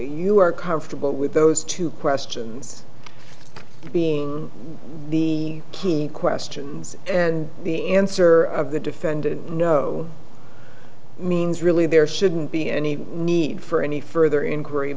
you are comfortable with those two questions being the key questions and the answer of the defendant no means really there shouldn't be any need for any further in